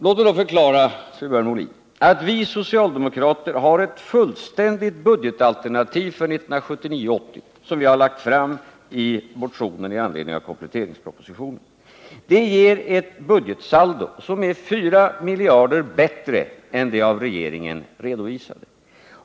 Låt mig då förklara för Björn Molin att vi socialdemokrater har ett fullständigt budgetalternativ för 1979/80, som vi har lagt fram i motionen med anledning av kompletteringspropositionen. Det ger ett budgetsaldo som är 4 miljarder bättre än det av regeringen redovisade.